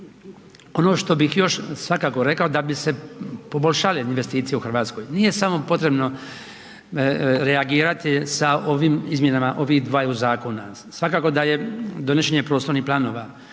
Ono što bih još svakako rekao, da bi se poboljšale investicije u RH, nije samo potrebno reagirati sa ovim izmjenama ovih dvaju zakona, svakako da je donošenje prostornih planova,